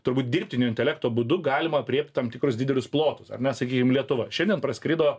turbūt dirbtinio intelekto būdu galima aprėpt tam tikrus didelius plotus ar ne sakykim lietuva šiandien praskrido